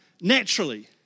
naturally